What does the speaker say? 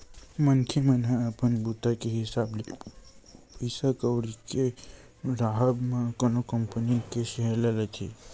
मनखे मन ह अपन बूता के हिसाब ले पइसा कउड़ी के राहब म कोनो कंपनी के सेयर ल लेथे